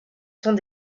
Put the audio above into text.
sont